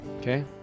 okay